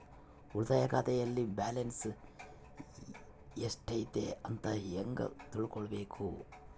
ಉಳಿತಾಯ ಖಾತೆಯಲ್ಲಿ ಬ್ಯಾಲೆನ್ಸ್ ಎಷ್ಟೈತಿ ಅಂತ ಹೆಂಗ ತಿಳ್ಕೊಬೇಕು?